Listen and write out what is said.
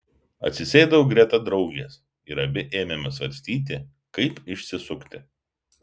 atsisėdau greta draugės ir abi ėmėme svarstyti kaip išsisukti